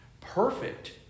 Perfect